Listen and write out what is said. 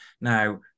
Now